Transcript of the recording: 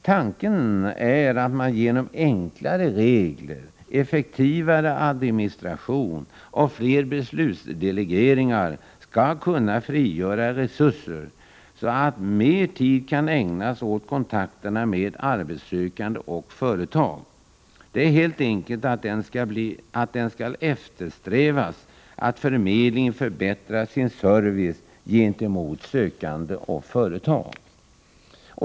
Tanken är att man genom enklare regler, effektivare administration och fler beslutsdelegeringar skall kunna frigöra resurser, så att mer tid kan ägnas åt kontakterna med arbetssökande och företag. Det grundläggande är helt enkelt att det skall eftersträvas att förmedlingen förbättrar sin service gentemot sökande och företag.